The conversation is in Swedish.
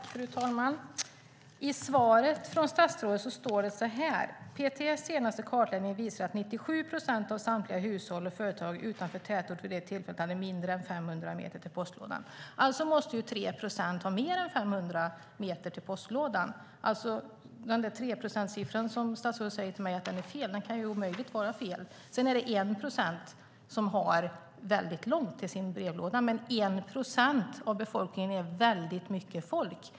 Fru talman! I svaret från statsrådet står det så här: "PTS senaste kartläggning visar att 97 procent av samtliga hushåll och företag utanför tätort vid det tillfället hade mindre än 500 meter till postlådan." Alltså måste 3 procent ha mer än 500 meter till postlådan. Siffran 3 procent som statsrådet säger är fel kan omöjligt vara fel. Det är 1 procent som har väldigt långt till sin brevlåda, men 1 procent av befolkningen är mycket folk.